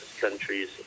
countries